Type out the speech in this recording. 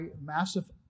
massive